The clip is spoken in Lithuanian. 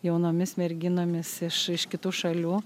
jaunomis merginomis iš iš kitų šalių